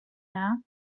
now